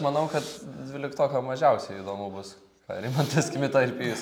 manau kad dvyliktokams mažiausiai įdomus rimantas kmita ir pijus